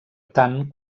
tant